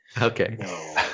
Okay